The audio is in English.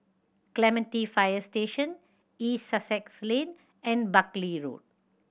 Clementi Fire Station East Sussex Lane and Buckley Road